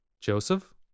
Joseph